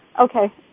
Okay